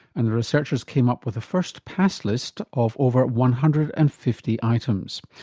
and the researchers came up with a first pass list of over one hundred and fifty items.